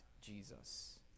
Jesus